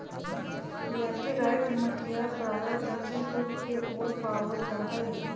laterite मटिया प्रायः दक्षिण पूर्व के ओर पावल जाहई